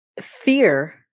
fear